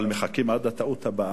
אבל מחכים עד הטעות הבאה.